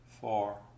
four